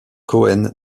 cohen